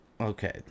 Okay